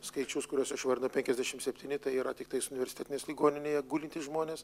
skaičius kuriuos aš vardinu penkiasdešimt septyni tai yra tiktais universitetinės ligoninėje gulintys žmonės